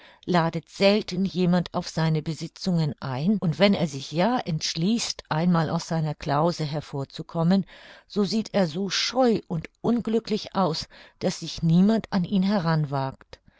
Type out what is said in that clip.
ladet selten jemand auf seine besitzungen ein und wenn er sich ja entschließt einmal aus seiner klause hervorzukommen so sieht er so scheu und unglücklich aus daß sich niemand an ihn heran